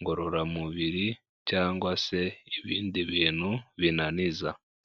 ngororamubiri, cyangwa se ibindi bintu binaniza.